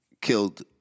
killed